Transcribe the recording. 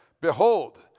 Behold